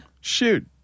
Shoot